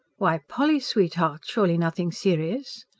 why, polly sweetheart. surely nothing serious?